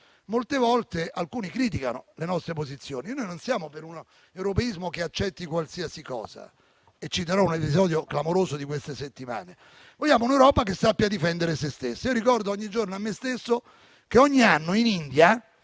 subalterno. Alcuni criticano le nostre posizioni. Noi non siamo per un europeismo che accetti qualsiasi cosa (e citerò un episodio clamoroso di queste settimane), ma vogliamo un'Europa che sappia difendere se stessa. Ricordo ogni giorno a me stesso che ogni anno in India